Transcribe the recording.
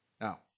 Now